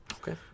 Okay